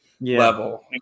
level